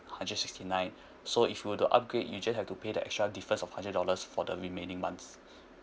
hundred sixty nine so if you were to upgrade you just have to pay the extra difference of hundred dollars for the remaining months